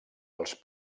els